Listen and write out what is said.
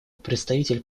представитель